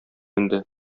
инде